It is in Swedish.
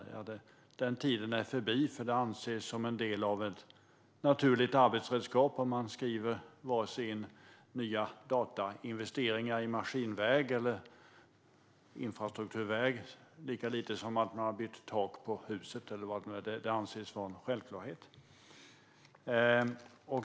Den tiden är förbi eftersom det anses vara ett naturligt arbetsredskap, och man skriver lika lite in nya investeringar i datamaskinväg eller infrastrukturväg som att man har bytt tak på huset. Det anses vara en självklarhet.